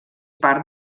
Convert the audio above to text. part